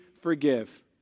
forgive